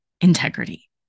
integrity